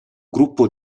gruppo